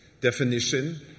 definition